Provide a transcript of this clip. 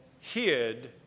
hid